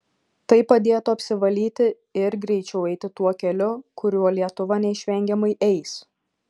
tai padėtų apsivalyti ir greičiau eiti tuo keliu kuriuo lietuva neišvengiamai eis